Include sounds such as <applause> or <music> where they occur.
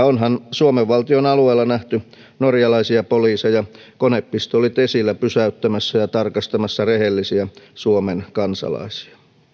<unintelligible> onhan suomen valtion alueella nähty norjalaisia poliiseja konepistoolit esillä pysäyttämässä ja tarkastamassa rehellisiä suomen kansalaisia